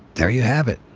there you have it.